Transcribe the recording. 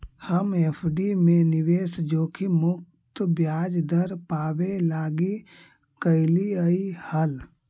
हम एफ.डी में निवेश जोखिम मुक्त ब्याज दर पाबे लागी कयलीअई हल